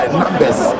numbers